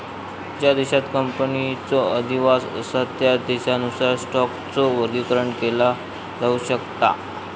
ज्या देशांत कंपनीचो अधिवास असा त्या देशानुसार स्टॉकचो वर्गीकरण केला जाऊ शकता